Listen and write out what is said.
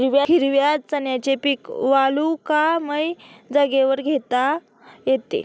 हिरव्या चण्याचे पीक वालुकामय जागेवर घेता येते